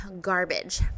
garbage